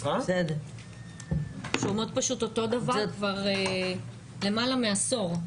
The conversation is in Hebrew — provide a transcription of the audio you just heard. אנחנו שומעות אותו הדבר כבר למעלה מעשור.